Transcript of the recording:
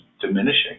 diminishing